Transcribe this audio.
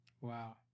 Wow